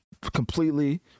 completely